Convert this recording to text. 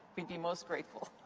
we'd be most grateful.